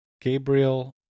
Gabriel